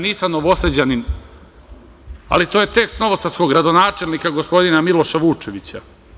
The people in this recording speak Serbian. Nisam Novosađanin, ali to je tekst novosadskog gradonačelnika, gospodina Miloša Vučevića.